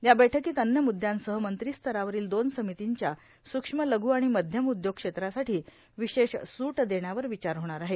या बैठकीत अन्य मुद्यांसह मंत्रिस्तरावरील दोन समिर्तीच्या सूक्ष लघु आणि मध्यम उद्योग क्षेत्रासाठी विशेष सूट देण्यावर विचार होणार आहे